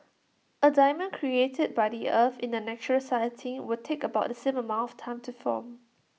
A diamond created by the earth in A natural setting would take about the same amount of time to form